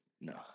No